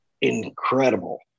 incredible